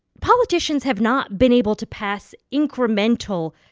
politicians have not been able to pass incremental,